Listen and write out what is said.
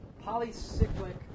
polycyclic